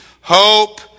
Hope